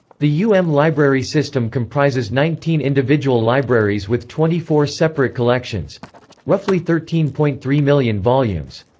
the u m library system comprises nineteen individual libraries with twenty-four separate collections roughly thirteen point three million volumes.